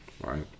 right